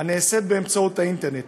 הנעשית באמצעות האינטרנט,